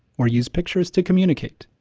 or use pictures to communicate.